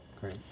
Great